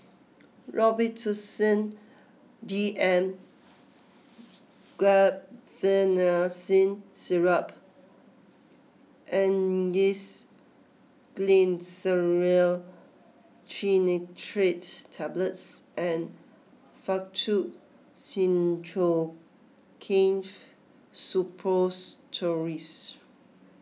Robitussin D M Guaiphenesin Syrup Angised Glyceryl Trinitrate Tablets and Faktu Cinchocaine Suppositories